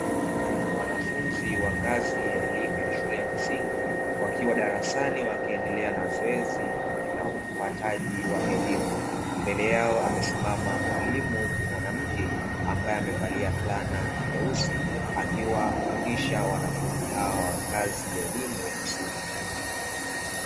Wanafunzi wa ngazi ya elimu ya shule ya msingi wakiwa darasani, wakiendelea na zoezi la upataji wa elimu. Mbele yao amesimama mwalimu mwanamke ambaye amevalia fulana nyeusi, akiwafundisha wanafunzi hao wa ngazi ya elimu ya msingi.